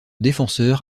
défenseur